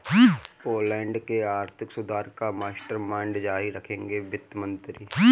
Poland के आर्थिक सुधार का मास्टरमाइंड जारी रखेंगे वित्त मंत्री